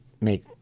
make